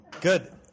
Good